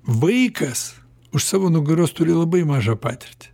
vaikas už savo nugaros turi labai mažą patirtį